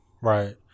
Right